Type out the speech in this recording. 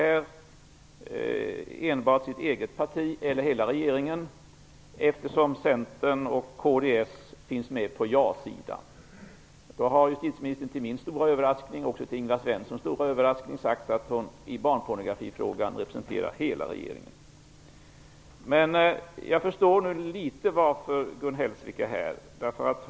Är det enbart hennes eget parti eller hela regeringen? Både Centern och kds är med på ja-sidan. Till min och Ingvar Svenssons stora överraskning har justitieministern sagt att hon i barnpornografifrågan representerar hela regeringen. Jag förstår nu litet vad som ligger bakom att Gun Hellsvik är här i kammaren.